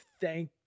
thank